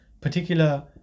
particular